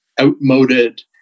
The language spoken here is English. outmoded